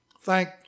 thank